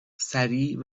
سریع